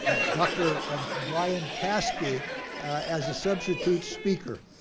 ah doctor ah brian kaskie as a substitute speaker.